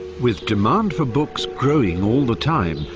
with demand for books growing all the time,